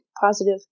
positive